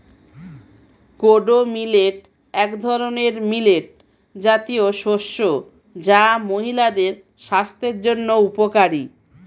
kodo millet এক ধরনের millet জাতীয় শস্য যা মহিলাদের স্বাস্থ্যের জন্য উপকারী